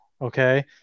Okay